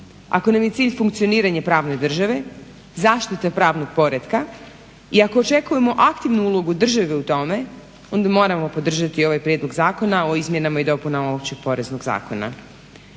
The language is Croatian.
ako nam je cilj funkcioniranje pravne države, zaštite pravnog poretka i ako očekujemo aktivnu ulogu države u tome onda moramo podržati ovaj Prijedlog zakona o izmjenama i dopunama Općeg poreznog zakona.